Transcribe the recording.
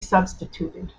substituted